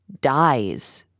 dies